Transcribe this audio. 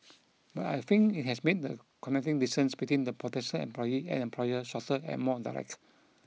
but I think it has made the connecting distance between the potential employee and employer shorter and more direct